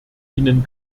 ihnen